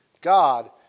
God